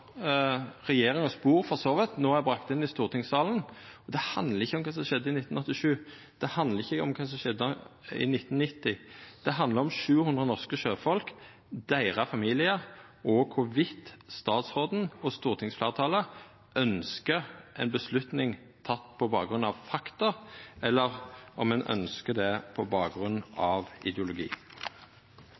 er bringa inn i stortingssalen. Det handlar ikkje om kva som skjedde i 1987 eller i 1990, det handlar om 700 norske sjøfolk og familiane deira, og det handlar om i kva grad statsråden og stortingsfleirtalet ynskjer ei avgjerd som er teken på bakgrunn av fakta, eller om ein ynskjer at ho vert teken på bakgrunn av ideologi.